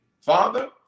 Father